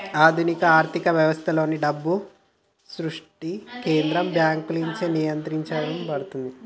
ఆధునిక ఆర్థిక వ్యవస్థలలో, డబ్బు సృష్టి కేంద్ర బ్యాంకులచే నియంత్రించబడుతుంది